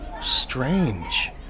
strange